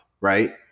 right